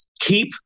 keep